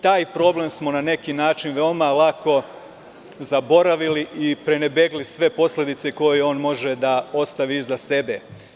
Taj problem smo na neki način veoma lako zaboravili i prenebegli sve posledice koje on može da ostavi iza sebe.